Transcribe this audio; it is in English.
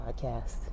podcast